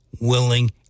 willing